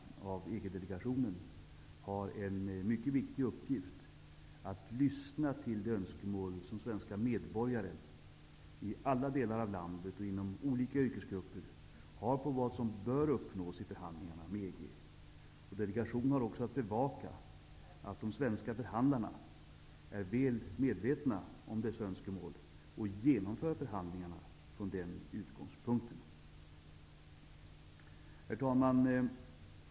delegationen har en mycket viktig uppgift i att lyssna till de önskemål som svenska medborgare i alla delar av landet och inom olika yrkesgrupper har, när det gäller vad som bör uppnås i förhandlingarna med EG. Delegationen har också att bevaka att de svenska förhandlarna är väl medvetna om dessa önskemål och genomför förhandlingarna från den utgångspunkten. Herr talman!